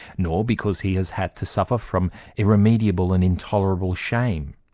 nor because he has had to suffer from irremediable and intolerable shame.